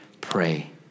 pray